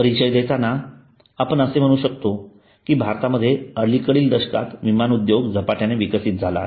परिचय देताना आपण असे म्हणू शकतो की भारतामध्ये अलीकडील दशकांत विमान उद्योग झपाट्याने विकसित झाला आहे